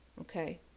Okay